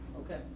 Okay